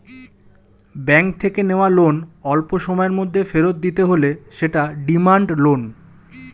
bank থেকে নেওয়া loan অল্পসময়ের মধ্যে ফেরত দিতে হলে সেটা ডিমান্ড লোন